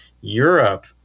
Europe